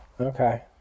Okay